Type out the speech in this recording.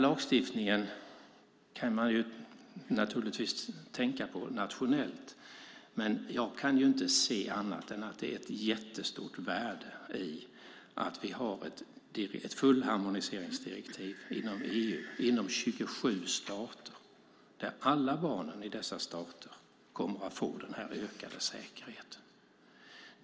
Lagstiftningen kan betraktas nationellt. Jag kan inte se annat än att det finns ett stort värde i att det finns ett fullharmoniseringsdirektiv i EU - i 27 stater - där alla barnen i dessa stater kommer att få del av den ökade säkerheten.